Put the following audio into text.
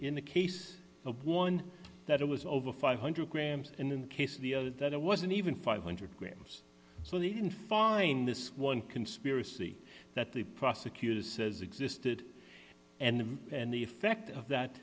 in the case of one that was over five hundred grams and in the case of the other that it wasn't even five hundred grams so they didn't find this one conspiracy that the prosecutor says existed and the and the effect of that